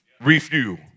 refuel